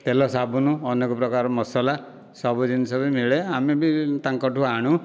ତେଲ ସାବୁନ ଅନେକ ପ୍ରକାର ମସଲା ସବୁ ଜିନିଷ ବି ମିଳେ ଆମେବି ତାଙ୍କ ଠାରୁ ଆଣୁ